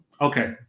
Okay